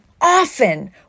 often